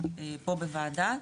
פה בוועדה.